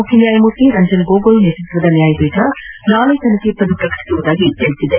ಮುಖ್ಯ ನ್ಯಾಯಮೂರ್ತಿ ರಂಜನ್ ಗೋಗೊಯ್ ನೇತೃತ್ವದ ನ್ಯಾಯಪೀಠ ನಾಳೆ ತನ್ನ ತೀರ್ಮನ್ನು ಪ್ರಕಟಿಸುವುದಾಗಿ ತಿಳಿಸಿದೆ